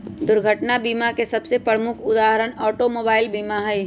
दुर्घटना बीमा के सबसे प्रमुख उदाहरण ऑटोमोबाइल बीमा हइ